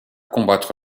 combattre